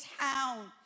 town